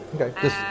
Okay